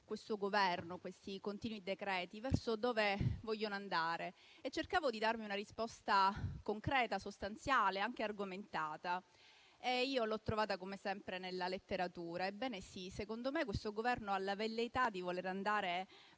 questo Governo e questi continui decreti-legge dove vogliano andare. Cercavo di darmi una risposta concreta, sostanziale, anche argomentata e l'ho trovata, come sempre, nella letteratura. Ebbene sì, secondo me, questo Governo ha la velleità di andare